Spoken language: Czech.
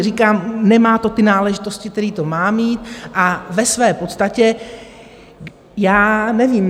Říkám, nemá to ty náležitosti, které to má mít, a ve své podstatě já nevím.